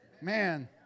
man